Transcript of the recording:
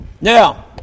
Now